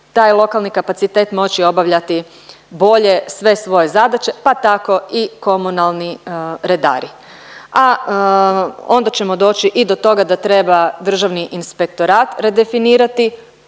taj lokalni kapacitet moći obavljati bolje sve svoje zadaće, pa tako i komunalni redari. A onda ćemo doći i do toga da treba Državni inspektorat redefinirati,